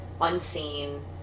unseen